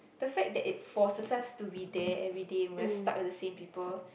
the fact that it forces us to be there everyday and we're stuck with the same people